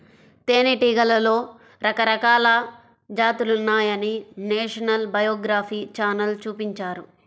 తేనెటీగలలో రకరకాల జాతులున్నాయని నేషనల్ జియోగ్రఫీ ఛానల్ చూపించారు